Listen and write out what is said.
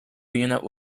unit